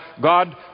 God